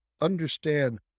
understand